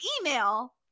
email